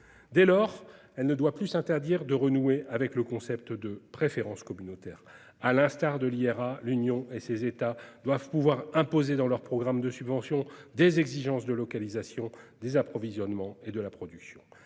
Dès lors, elle ne doit plus s'interdire de renouer avec le concept de préférence communautaire. À l'instar de ce que prévoit l'IRA, l'Union et ses États doivent pouvoir imposer dans leurs programmes de subventions des exigences en termes de localisation des approvisionnements et de production.